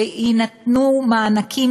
שיינתנו מענקים,